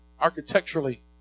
architecturally